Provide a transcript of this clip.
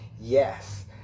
Yes